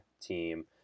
team